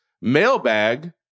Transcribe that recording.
mailbag